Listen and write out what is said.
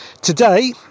Today